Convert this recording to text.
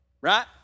right